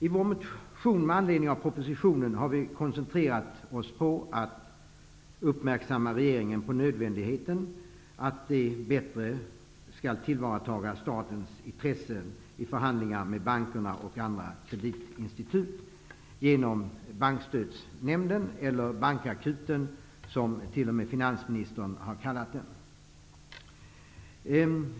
I vår motion, som vi har väckt med anledning av propositionen, har vi koncentrerat oss på att uppmärksamma regeringen på nödvändigheten att statens intressen, med hjälp av Bankstödsnämnden, skall tillvaratas bättre i förhandlingar med banker och andra kreditinstitut -- eller ''bankakuten'', som t.o.m. finansministern har kallat nämnden.